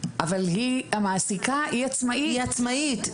היא המעסיקה, היא עצמאית.